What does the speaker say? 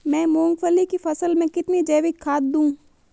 मैं मूंगफली की फसल में कितनी जैविक खाद दूं?